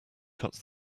cuts